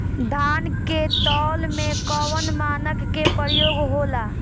धान के तौल में कवन मानक के प्रयोग हो ला?